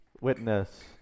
witness